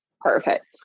Perfect